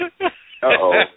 Uh-oh